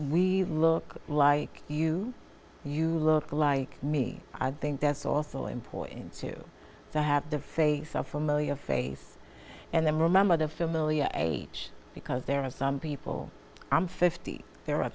we look like you you look like me i think that's also important to to have the face of familiar face and then remember the familia age because there are some people i'm fifty there are